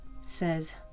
says